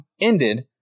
ended